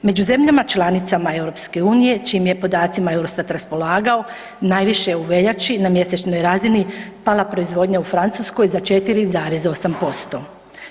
Među zemljama članicama EU-a čijim je podacima EUROSTAT raspolagao, najviše je u veljači na mjesečnoj razini pala proizvodnja u Francuskoj za 4,8%